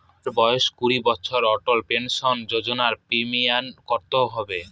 আমার বয়স কুড়ি বছর অটল পেনসন যোজনার প্রিমিয়াম কত হবে?